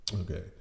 Okay